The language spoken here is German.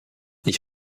ich